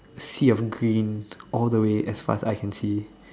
sea of green all the way as far as I can see